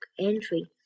entry